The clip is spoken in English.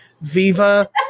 Viva